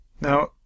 Now